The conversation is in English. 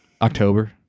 October